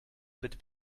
but